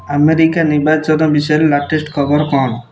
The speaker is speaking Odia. ଆମେରିକା ନିର୍ବାଚନ ବିଷୟରେ ଲାଟେଷ୍ଟ୍ ଖବର କ'ଣ